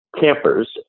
campers